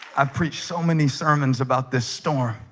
i preached so many sermons about this storm,